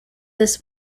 this